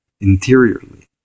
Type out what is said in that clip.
interiorly